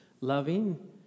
loving